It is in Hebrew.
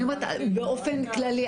אני אומרת באופן כללי,